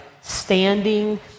standing